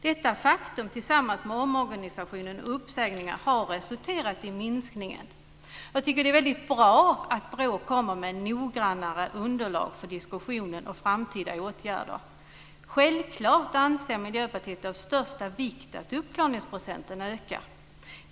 Detta faktum tillsammans med omorganisationen och uppsägningarna har resulterat i den nämnda minskningen. Jag tycker att det är väldigt bra att BRÅ lägger fram ett noggrannare underlag för diskussionen och för framtida åtgärder. Självklart anser Miljöpartiet det vara av största vikt att uppklaringsandelen ökar.